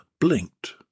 blinked